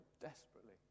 desperately